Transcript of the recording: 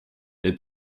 their